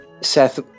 Seth